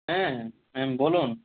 হ্যাঁ ম্যাম বলুন